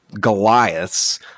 Goliaths